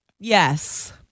Yes